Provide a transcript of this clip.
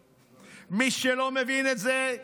מי שלא מבין את זה,